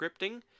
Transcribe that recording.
scripting